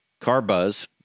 Carbuzz